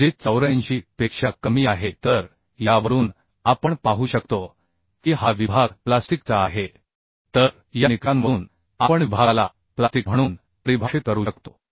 जे 84 पेक्षा कमी आहे तर यावरून आपण पाहू शकतो की हा विभाग प्लास्टिकचा आहे तर या निकषांवरून आपण विभागाला प्लास्टिक म्हणून परिभाषित करू शकतो